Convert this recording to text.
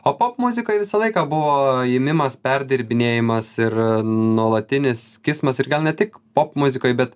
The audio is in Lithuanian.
o popmuzikoj visą laiką buvo imimas perdirbinėjimas ir nuolatinis kismas ir gal ne tik popmuzikoj bet